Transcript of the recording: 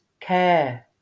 care